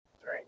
three